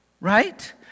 Right